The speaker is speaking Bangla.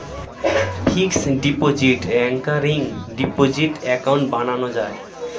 fixed deposit, recurring deposit account বানানো যায়